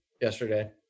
yesterday